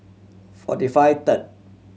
forty five third